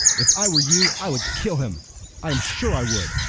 if i were you i would kill him i am sure i would.